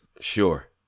Sure